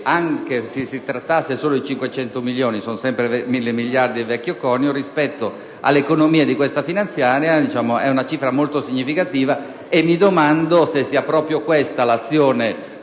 anche se si trattasse solo di 500 milioni di euro (sono sempre 1.000 miliardi del vecchio conio), rispetto all'economia di questa finanziaria è una cifra molto significativa, e mi domando se sia proprio questa l'azione